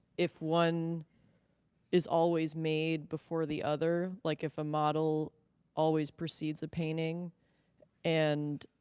if one is always made before the other, like if model always precedes the painting and